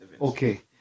Okay